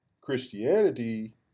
Christianity